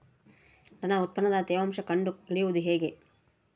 ನನ್ನ ಉತ್ಪನ್ನದ ತೇವಾಂಶ ಕಂಡು ಹಿಡಿಯುವುದು ಹೇಗೆ?